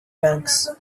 banks